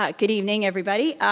like good evening everybody.